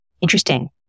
Interesting